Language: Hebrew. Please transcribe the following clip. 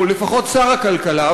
או לפחות שר הכלכלה,